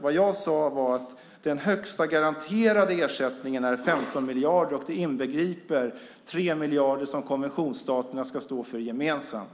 Det jag sade var att den högsta garanterade ersättningen är 15 miljarder, och det inbegriper 3 miljarder som konventionsstaterna ska stå för gemensamt.